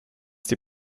die